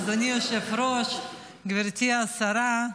אדוני היושב-ראש, גברתי השרה,